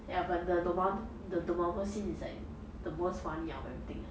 ya but the dormanu~ the dormammu scene is like the most funny out of everything eh